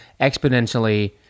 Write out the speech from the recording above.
exponentially